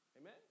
Amen